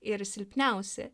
ir silpniausi